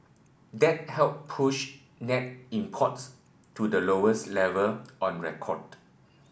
that helped push net imports to the lowest level on record